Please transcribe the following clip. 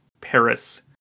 Paris